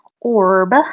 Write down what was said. Orb